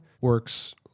works